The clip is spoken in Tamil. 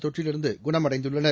தொற்றிலிருந்து குணமடைந்துள்ளனர்